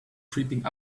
creeping